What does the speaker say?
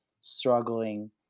struggling